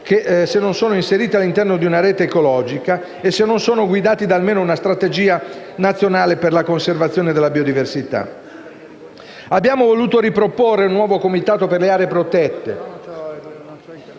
se non sono inseriti all’interno di una rete ecologica e se non sono guidati da una strategia nazionale per la conservazione della biodiversità. Abbiamo voluto riproporre un nuovo comitato per le aree protette